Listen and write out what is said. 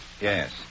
Yes